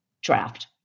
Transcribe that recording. draft